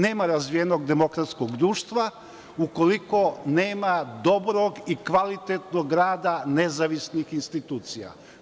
Nema razvijenog demokratskog društva ukoliko nema dobrog i kvalitetnog rada nezavisnih institucija.